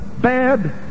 Bad